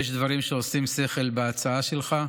יש דברים שעושים שכל בהצעה שלך.